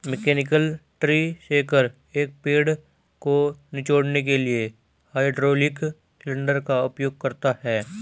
mechanical tree shaker, एक पेड़ को निचोड़ने के लिए हाइड्रोलिक सिलेंडर का उपयोग करता है